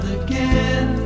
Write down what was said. again